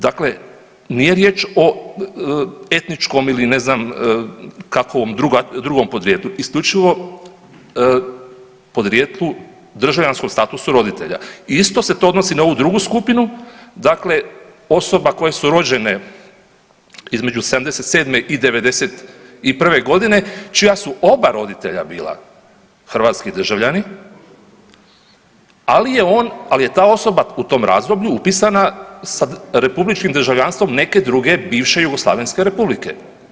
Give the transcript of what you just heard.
Dakle, nije riječ o etničkom ili ne znam kakvom drugom podrijetlu, isključivo podrijetlu državljanskom statusu roditelja i isto se to odnosi na ovu drugu skupinu, dakle osobe koje su rođene između 77. i 91. godine čija su oba roditelja bila hrvatski državljani ali je ta osoba u tom razdoblju upisana sa republičkim državljanstvom neke druge bivše jugoslavenske republike.